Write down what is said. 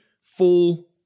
full